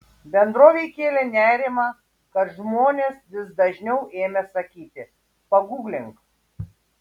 bendrovei kėlė nerimą kad žmonės vis dažniau ėmė sakyti paguglink